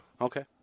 Okay